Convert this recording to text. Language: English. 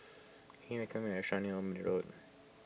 recommend me a restaurant near Old Middle Road